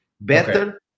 better